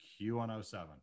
q107